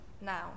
now